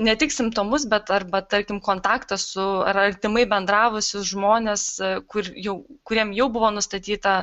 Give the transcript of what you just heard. ne tik simptomus bet arba tarkim kontaktą su ar artimai bendravusius žmones kur jau kuriam jau buvo nustatyta